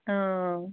ହଁ ଆଉ